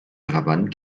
brabant